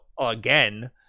again